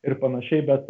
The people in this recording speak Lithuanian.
ir panašiai bet